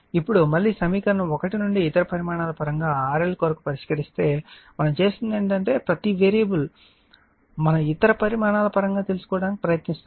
ఇప్పుడు మళ్ళీ సమీకరణం 1 నుండి ఇతర పరిమాణాల పరంగా RL కొరకు పరిష్కరిస్తే మనం చేస్తున్నది ఏమిటంటే ప్రతి వేరియబుల్ మనం ఇతర పరిమాణాల పరంగా తెలుసుకోవడానికి ప్రయత్నిస్తున్నాము